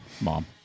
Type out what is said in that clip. Mom